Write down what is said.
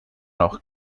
noch